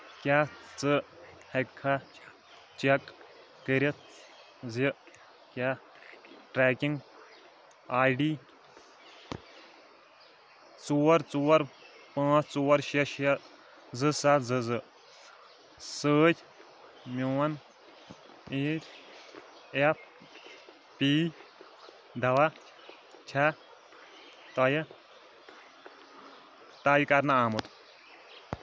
کیٛاہ ژٕ ہیٚککھا چٮ۪ک کٔرتھ زِ کیٛاہ ٹریکنگ آی ڈی ژور ژور پانژھ ژور شےٚ شےٚ زٕ سَتھ زٕ زٕ سۭتۍ میون ایی ایف پی دوا چھا طیہِ طے کَرنہٕ آمُت؟